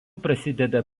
prasideda